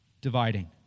dividing